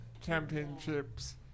championships